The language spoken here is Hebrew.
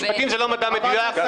משפטים זה לא מדע מדויק,